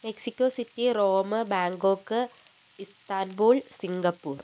Mexico city Rome Bangkok Istanbul Singapore